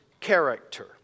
character